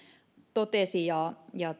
totesi ja ja